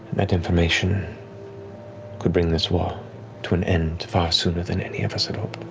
that information could bring this war to an end far sooner than any of us had hoped.